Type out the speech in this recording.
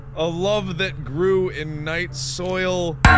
a love that grew in night soil,